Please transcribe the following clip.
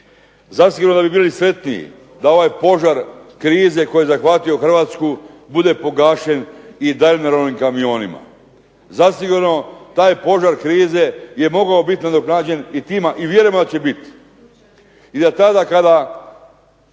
Zasigurno da bi bili sretniji da ovaj požar krize koji je zahvatio Hrvatsku bude pogašen i Daimlerovim kamionima. Zasigurno taj požar krize je mogao biti nadoknađen i tima i vjerujemo da će biti.